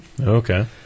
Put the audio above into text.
Okay